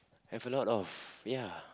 have a lot of ya